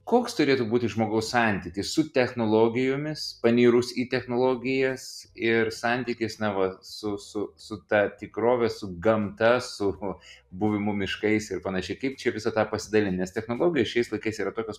koks turėtų būti žmogaus santykis su technologijomis panirus į technologijas ir santykis na va su su su ta tikrove su gamta su pabuvimu miškais ir panašiai kaip čia visą tą pasidalint nes technologija šiais laikais yra tokios